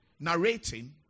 Narrating